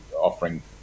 offering